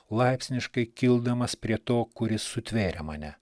laipsniškai kildamas prie to kuris sutvėrė mane